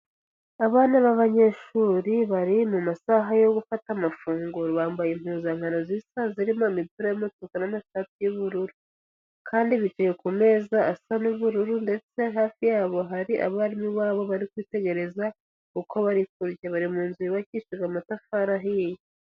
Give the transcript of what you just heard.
Abana b'abanyeshuri bari mu masaha yo gufata amafunguro bambaye impuzankano zisa zirimo imipira y'umutuku n'amashati y'ubururu. Kandi bicaye ku meza asa n'ubururu ndetse hafi yabo hari abarimu babo bari kwitegereza, uko bari kurya. Bari mu nzu yubakishije amatafari ahiye.